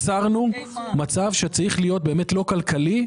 יצרנו מצב בו צריך להיות לא כלכלי,